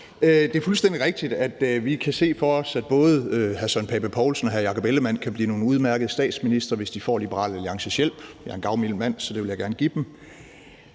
Det er fuldstændig rigtigt, at vi kan se for os, at både hr. Søren Pape Poulsen og hr. Jakob Ellemann-Jensen kan blive nogle udmærkede statsministre, hvis de får Liberal Alliances hjælp – jeg er en gavmild mand, så det vil jeg gerne give dem.